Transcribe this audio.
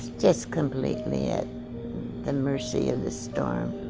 just completely at the mercy of the storm.